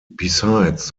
besides